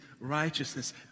righteousness